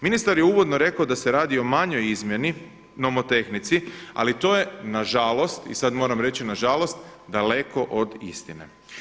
Ministar je uvodno rekao da se radi o manjoj izmjeni, nomotehnici, ali to je nažalost i sad moram reći nažalost, daleko od istine.